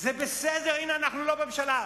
זה בסדר, הנה אנחנו לא ממשלה.